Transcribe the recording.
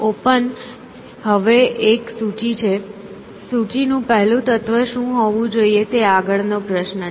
open હવે સૂચિ છે સૂચિનું પહેલું તત્વ શું હોવું જોઈએ તે આગળનો પ્રશ્ન છે